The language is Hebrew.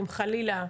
אם חלילה,